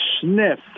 sniff